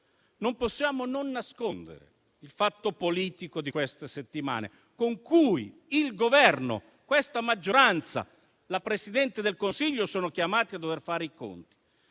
non possiamo non nascondere il fatto politico delle ultime settimane con cui il Governo, questa maggioranza e la Presidente del Consiglio sono chiamati a dover fare i conti.